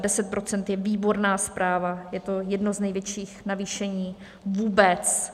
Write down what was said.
A 10 % je výborná zpráva, je to jedno z největších navýšení vůbec.